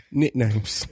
nicknames